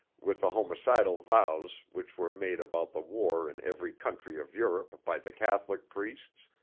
with the homicidal vows which were made about the war in every country of europe by the catholic priests,